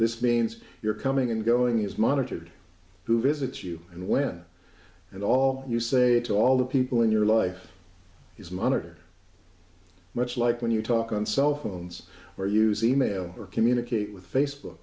this means your coming and going is monitored who visits you and when and all you say to all the people in your life is monitor much like when you talk on cell phones or use e mail or communicate with faceb